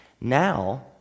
Now